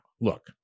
look